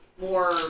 more